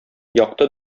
якты